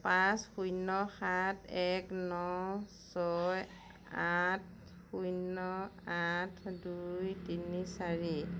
পাঁচ শূন্য সাত এক ন ছয় আঠ শূন্য আঠ দুই তিনি চাৰি